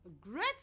great